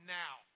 now